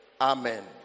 Amen